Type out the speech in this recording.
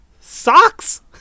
Socks